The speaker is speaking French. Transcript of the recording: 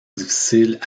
difficiles